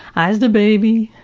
i was the baby